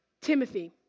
Timothy